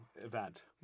event